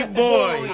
boy